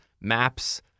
maps